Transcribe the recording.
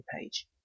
page